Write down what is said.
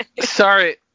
Sorry